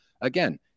Again